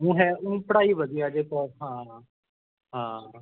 ਊਂ ਹੈ ਊਂ ਪੜ੍ਹਾਈ ਵਧੀਆ ਜੇ ਕਹੋ ਹਾਂ ਹਾਂ